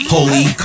Holy